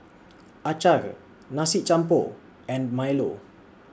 Acar Nasi Campur and Milo